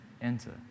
enter